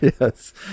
Yes